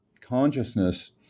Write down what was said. consciousness